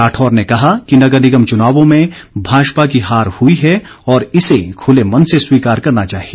राठौर ने कहा कि नगर निगम चुनावों में भाजपा की हार हुई है और इसे खुले मन से स्वीकार करना चाहिए